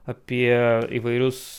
apie įvairius